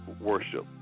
worship